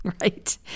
Right